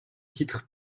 titres